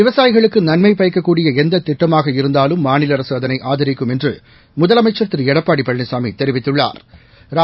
விவசாயி களுக்கு நன்மை பயக்கக்கூடிய எந்த த ிட்டமாக இருந்தாலும் மாநிலு அரசு அதனை ஆதாரி க்கும் என்று முதலமைக்காம் திரு எடப்பாடி பழனிசா ம ி தொ ி வ ி த ்துள்ளா ா்